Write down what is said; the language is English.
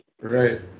Right